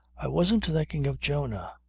i wasn't thinking of jonah.